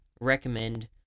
recommend